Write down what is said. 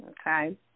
Okay